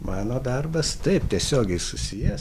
mano darbas taip tiesiogiai susijęs